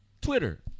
Twitter